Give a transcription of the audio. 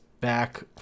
back